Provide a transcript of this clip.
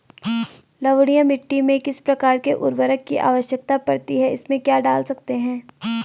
लवणीय मिट्टी में किस प्रकार के उर्वरक की आवश्यकता पड़ती है इसमें क्या डाल सकते हैं?